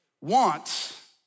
wants